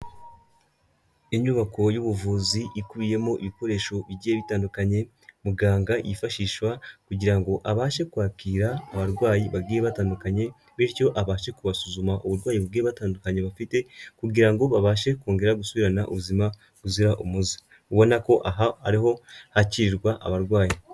Inyubako y'ubuvuzi ikubiyemo ibikoresho bigiye bitandukanye muganga yifashishwa kugira ngo abashe kwakira abarwayi bagiye batandukanye bityo abashe kubasuzuma uburwayi bugiye batandukanye bafite kugira ngo babashe kongera gusubirana ubuzima buzira umuze. Ubona ko aha ariho hakirirwa abarwayi.